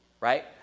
right